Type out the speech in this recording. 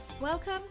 Welcome